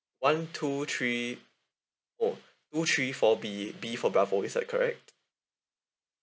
one two three four two three four B B for bravo is that correct